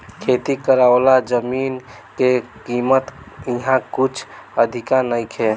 खेती करेवाला जमीन के कीमत इहा कुछ अधिका नइखे